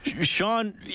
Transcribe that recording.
Sean